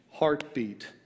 heartbeat